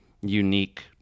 unique